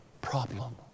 Problem